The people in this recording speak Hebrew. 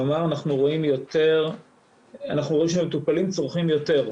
כלומר אנחנו רואים שמטופלים צורכים יותר.